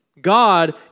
God